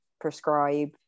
prescribe